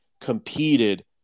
competed